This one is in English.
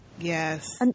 Yes